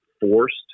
forced